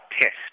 test